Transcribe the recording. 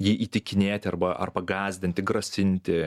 jį įtikinėti arba arba gąsdinti grasinti